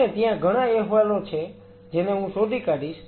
અને ત્યાં ઘણા અહેવાલો છે જેને હું શોધી કાઢીશ